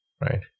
right